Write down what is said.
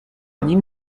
nim